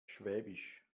schwäbisch